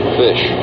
fish